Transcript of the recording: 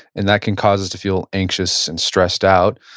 and that can cause us to feel anxious and stressed out.